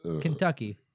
Kentucky